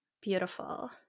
Beautiful